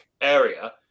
area